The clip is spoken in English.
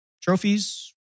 Trophies